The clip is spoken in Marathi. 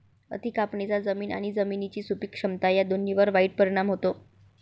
अति कापणीचा जमीन आणि जमिनीची सुपीक क्षमता या दोन्हींवर वाईट परिणाम होतो